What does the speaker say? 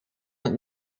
het